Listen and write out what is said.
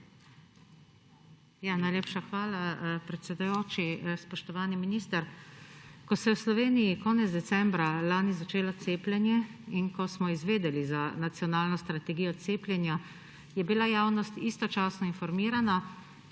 Najlepša hvala, predsedujoči. Spoštovani minister! Ko se je v Sloveniji konec decembra lani začelo cepljenje in ko smo izvedeli za nacionalno strategijo cepljena, je bila javnost istočasno informirana,